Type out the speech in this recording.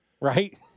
Right